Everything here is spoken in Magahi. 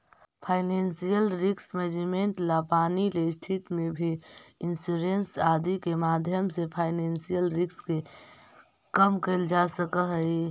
फाइनेंशियल रिस्क मैनेजमेंट ला पानी ले स्थिति में भी इंश्योरेंस आदि के माध्यम से फाइनेंशियल रिस्क के कम कैल जा सकऽ हई